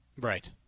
Right